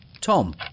Tom